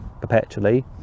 perpetually